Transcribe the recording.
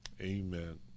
Amen